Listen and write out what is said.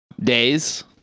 Days